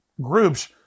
groups